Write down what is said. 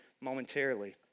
momentarily